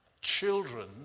children